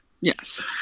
Yes